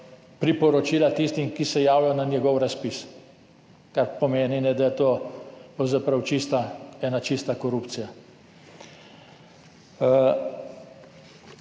priporočila tistim, ki se javijo na njihov razpis. Kar pomeni, da je to pravzaprav ena čista korupcija.